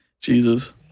Jesus